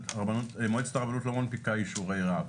מרגי אגב תמך